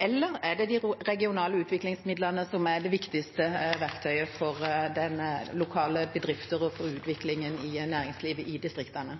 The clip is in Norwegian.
eller er det de regionale utviklingsmidlene som er det viktigste verktøyet for lokale bedrifter og utviklingen av næringslivet i distriktene?